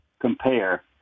compare